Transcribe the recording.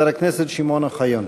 חבר הכנסת שמעון אוחיון.